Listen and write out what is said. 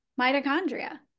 mitochondria